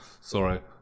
sorry